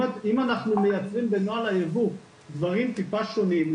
אם אנחנו מייצרים בנוהל הייבוא דברים טיפה שונים,